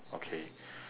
okay